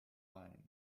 line